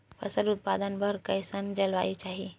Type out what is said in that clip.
फसल उत्पादन बर कैसन जलवायु चाही?